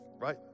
right